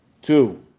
Two